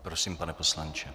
Prosím, pane poslanče.